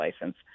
license